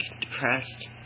depressed